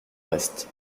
reste